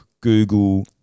Google